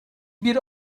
bir